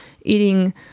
eating